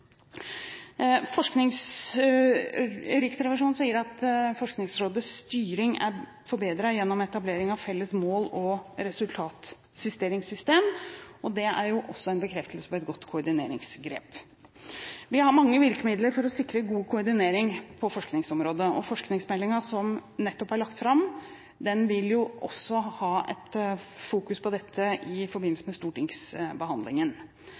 Riksrevisjonen sier at Forskningsrådets styring er forbedret gjennom etableringen av et felles mål- og resultatstyringssystem. Det er jo også en bekreftelse på et godt koordineringsgrep. Vi har mange virkemidler for å sikre god koordinering på forskningsområdet. Forskningsmeldingen, som nettopp er lagt fram, vil jo også ha et fokus på dette i forbindelse